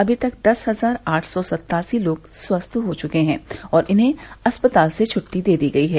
अमी तक दस हजार आठ सौ सत्तासी लोग स्वस्थ हो चुके हैं और इन्हें अस्पताल से छुट्टी दे दी गई है